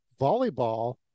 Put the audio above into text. volleyball